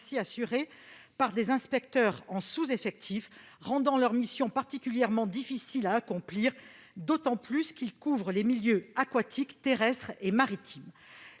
ainsi assurées par des inspecteurs en sous-effectif. Cela rend leurs missions particulièrement difficiles à accomplir, d'autant qu'ils couvrent les milieux aquatiques, terrestres et maritimes.